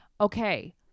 Okay